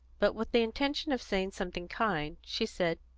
but, with the intention of saying something kind, she said,